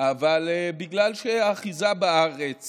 אבל בגלל שהאחיזה בארץ